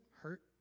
hurt